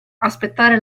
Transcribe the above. aspettare